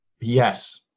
Yes